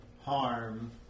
harm